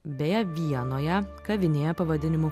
beje vienoje kavinėje pavadinimu